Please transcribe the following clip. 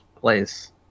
place